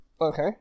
Okay